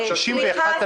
סליחה,